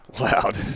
Loud